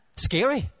Scary